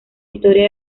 historia